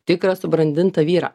tikrą subrandintą vyrą